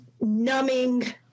numbing